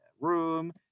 room